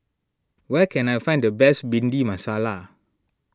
where can I find the best Bhindi Masala